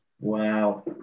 Wow